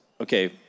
okay